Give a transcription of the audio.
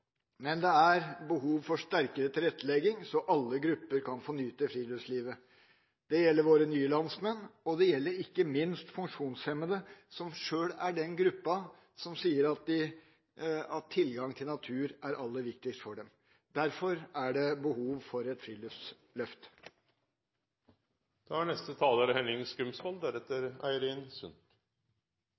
Men det er behov for sterkere tilrettelegging så alle grupper kan få nyte friluftslivet. Det gjelder våre nye landsmenn, og det gjelder ikke minst funksjonshemmede, som sjøl er den gruppa som sier at tilgang til natur er aller viktigst for dem. Derfor er det behov for et